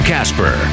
Casper